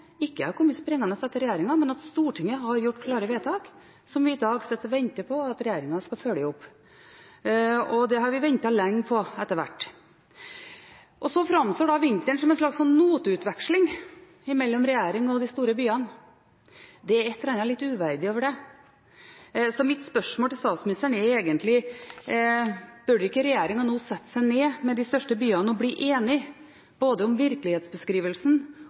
men at Stortinget har gjort klare vedtak som vi i dag sitter og venter på at regjeringen skal følge opp. Og det har vi ventet lenge på – etter hvert. Så framstår vinteren som en slags noteutveksling mellom regjering og de store byene. Det er et eller annet litt uverdig over det. Mitt spørsmål til statsministeren er egentlig: Burde ikke regjeringen nå sette seg ned med de største byene og bli enige, både om virkelighetsbeskrivelsen,